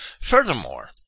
Furthermore